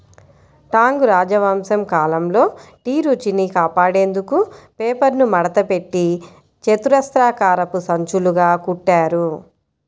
Tang రాజవంశం కాలంలో tea రుచిని కాపాడేందుకు పేపర్ను మడతపెట్టి చతురస్రాకారపు సంచులుగా కుట్టారు